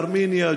ארמניה,